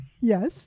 Yes